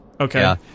okay